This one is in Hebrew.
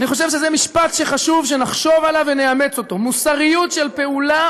אני חושב שזה משפט שחשוב שנחשוב עליו ונאמץ אותו: מוסריות של פעולה